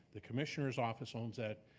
the commissioner's office owns it,